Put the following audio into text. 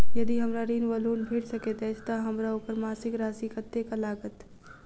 यदि हमरा ऋण वा लोन भेट सकैत अछि तऽ हमरा ओकर मासिक राशि कत्तेक लागत?